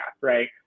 Right